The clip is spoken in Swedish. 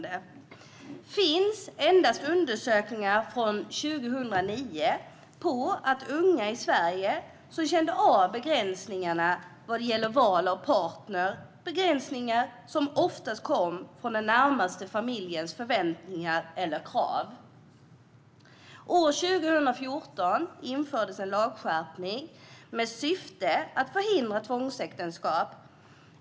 Det finns endast undersökningar från 2009 om att unga i Sverige kände av begränsningar vad det gäller val av partner, begränsningar som oftast kom från den närmaste familjens förväntningar eller krav. År 2014 infördes en lagskärpning med syfte att förhindra tvångsäktenskap.